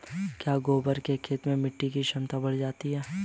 क्या गोबर से खेत में मिटी की क्षमता बढ़ जाती है?